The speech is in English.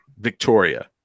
Victoria